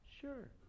Sure